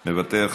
מוותר,